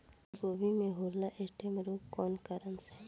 फूलगोभी में होला स्टेम रोग कौना कारण से?